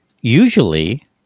usually